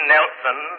Nelson